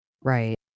Right